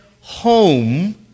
home